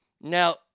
Now